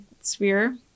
sphere